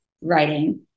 writing